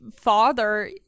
father